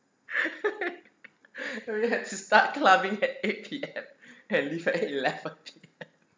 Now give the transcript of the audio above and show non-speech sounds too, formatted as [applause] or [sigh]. [laughs] already had to start clubbing at eight P_M and leave at eleven P_M